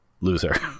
loser